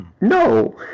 No